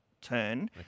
turn